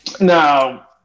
Now